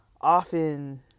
often